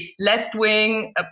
left-wing